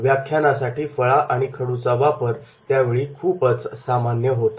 व्याख्यानासाठी फळा आणि खडूचा वापर त्या वेळी खूपच सामान्य होता